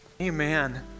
Amen